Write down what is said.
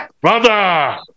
Brother